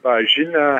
tą žinią